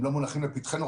הם לא מונחים לפתחנו,